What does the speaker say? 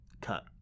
Cut